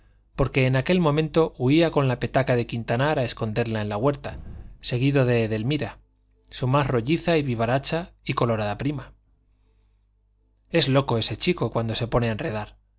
porque en aquel momento huía con la petaca de quintanar a esconderla en la huerta seguido de edelmira su más rolliza y vivaracha y colorada prima es loco ese chico cuando se pone a